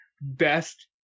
best